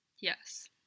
Yes